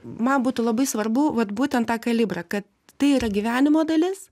man būtų labai svarbu vat būtent tą kalibrą kad tai yra gyvenimo dalis